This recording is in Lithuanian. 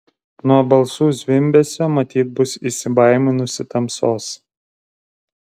nuo balsų zvimbesio matyt bus įsibaiminusi tamsos